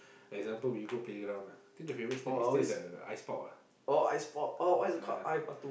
like example we go playground I think the favorite snack is still the ice pop